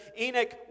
Enoch